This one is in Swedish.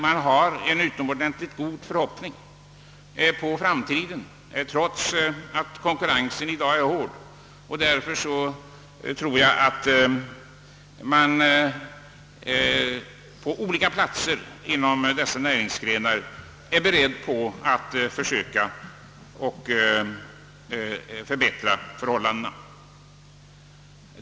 Man hyser utomordentligt goda förhoppningar inför frarmitiden, trots att konkurrensen i dag är hård, och jag tror också att man på olika håll är beredd att söka förbättra förhållandena.